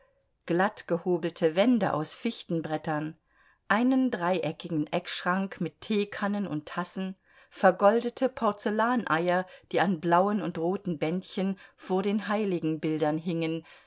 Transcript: glatt gehobelte wände aus fichtenbrettern einen dreieckigen eckschrank mit teekannen und tassen vergoldete porzellaneier die an blauen und roten bändchen vor den heiligenbildern hingen